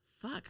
fuck